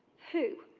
who?